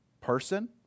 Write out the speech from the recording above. person